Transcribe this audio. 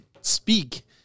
speak